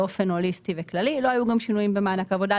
באופן הוליסטי וכללי לא היו גם שינויים במענק העבודה,